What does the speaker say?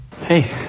Hey